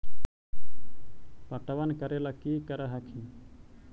पटबन करे ला की कर हखिन?